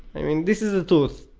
i mean this is the truth.